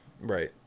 right